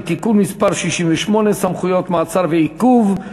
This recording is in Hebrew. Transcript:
(תיקון מס' 68) (סמכויות מעצר ועיכוב),